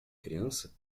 criança